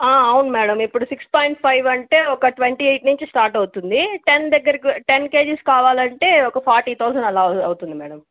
అవున్ మేడం ఇప్పుడు six point five అంటే ఒక ట్వంటీ ఎయిట్ నించి స్టార్ట్ అవుతుంది టెన్ దగ్గరకి టెన్ కేజీస్ కావాలంటే ఒక ఫార్టీ థౌసండ్ అలా అవు అవుతుంది మేడం